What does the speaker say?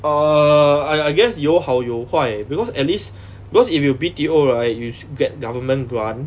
err I I guess 有好有坏 because at least because if you B_T_O right you sho~ get government grant